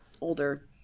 older